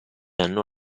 anno